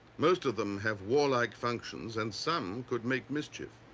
most of them have war-like functions and some could make mischief.